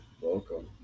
welcome